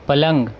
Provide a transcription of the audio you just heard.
پلنگ